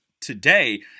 today